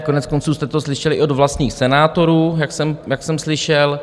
Koneckonců jste to slyšeli od vlastních senátorů, jak jsem slyšel.